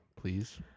Please